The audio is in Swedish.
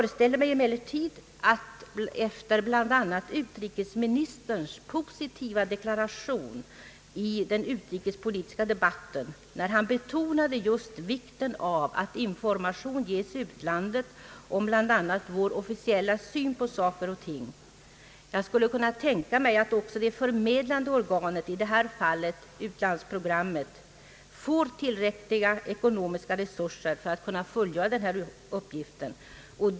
Efter bl.a. utrikesministerns positiva deklaration i den utrikespolitiska debatten, där han betonade just vikten av att information gavs utlandet om framför allt vår officiella syn på saker och ting, skulle jag kunna tänka mig att också det förmedlande organet, i detta fall UTP, får tillräckliga ekonomiska resurser för att fullgöra denna uppgift.